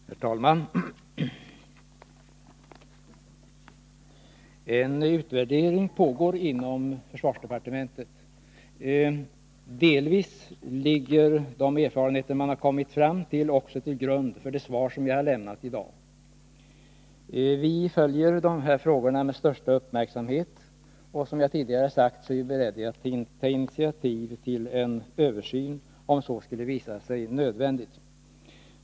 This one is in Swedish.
Herr talman! En utvärdering pågår inom försvarsdepartementet. Delvis ligger de erfarenheter man har gjort till grund för det svar som jag har lämnat i dag. Jag följer de här frågorna med största uppmärksamhet, och som jag tidigare har sagt är jag beredd att ta initiativ till en översyn om så skulle visa sig nödvändigt.